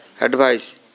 advice